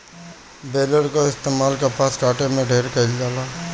baler कअ इस्तेमाल कपास काटे में ढेर कइल जाला